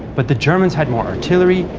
but the germans had more artillery,